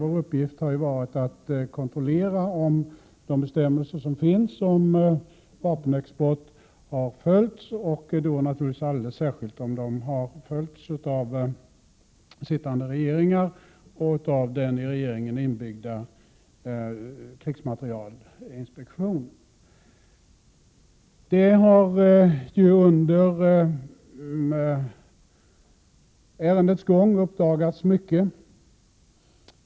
Vår uppgift har varit att kontrollera om de bestämmelser som finns om vapenexport har följts, och då naturligtvis alldeles särskilt om de har följts av sittande regeringar och av den i regeringen inbyggda krigsmaterielinspektionen. Mycket har under ärendets gång uppdagats.